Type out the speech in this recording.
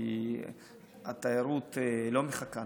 כי התיירות לא מחכה,